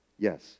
Yes